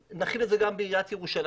ונחיל את זה גם בעיריית ירושלים.